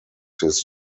his